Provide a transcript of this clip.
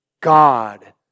God